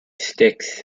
sticks